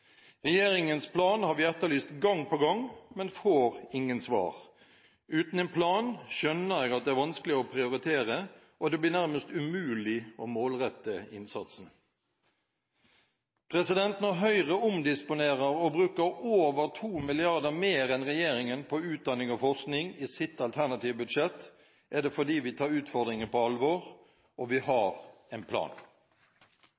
Regjeringens plan har vi etterlyst gang på gang, men får ingen svar. Uten en plan skjønner jeg at det er vanskelig å prioritere, og det blir nærmest umulig å målrette innsatsen. Når Høyre omdisponerer og bruker over 2 mrd. kr mer enn regjeringen på utdanning og forskning i sitt alternative budsjett, er det fordi vi tar utfordringen på alvor, og vi